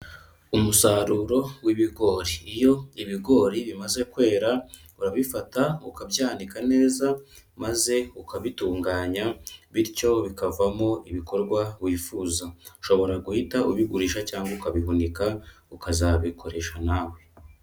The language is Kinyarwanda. Umusaruro w'ibigori iyo ibigori bimaze kwera urabifata ukabyanika neza maze ukabitunganya bityo bikavamo ibikorwa wifuza, ushobora guhita ubigurisha cyangwa ukabihunika ukazabikoresha nawe.